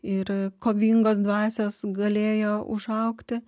ir kovingos dvasios galėjo užaugti